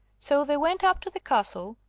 so they went up to the castle,